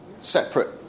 separate